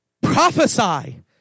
prophesy